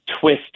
twist